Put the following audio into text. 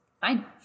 Fine